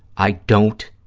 i don't